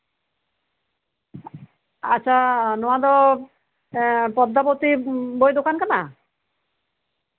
ᱟᱪᱪᱷᱟ ᱱᱚᱣᱟ ᱫᱚ ᱯᱚᱫᱫᱟᱵᱚᱛᱤ ᱵᱳᱭ ᱫᱚᱠᱟᱱ ᱠᱟᱱᱟ